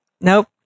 nope